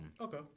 Okay